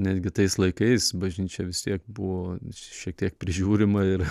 netgi tais laikais bažnyčia vis tiek buvo šiek tiek prižiūrima ir